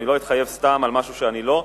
אני לא אתחייב סתם על משהו שאני לא.